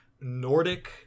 Nordic